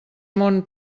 món